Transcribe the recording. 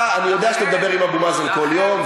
אני יודע שאתה מדבר עם אבו מאזן כל יום,